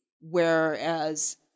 Whereas